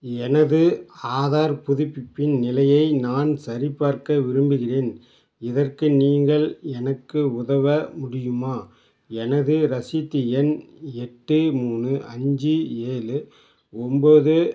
எனது ஆதார் புதுப்பிப்பின் நிலையை நான் சரிபார்க்க விரும்புகிறேன் இதற்கு நீங்கள் எனக்கு உதவ முடியுமா எனது ரசீது எண் எட்டு மூணு அஞ்சு ஏழு ஒம்போது